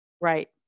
right